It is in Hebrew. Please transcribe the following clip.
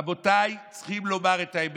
רבותיי, צריכים לומר את האמת.